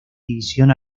división